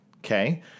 Okay